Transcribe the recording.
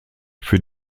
für